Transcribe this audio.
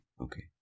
Okay